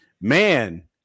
Man